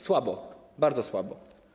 Słabo, bardzo słabo.